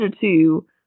two